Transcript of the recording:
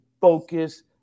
focus –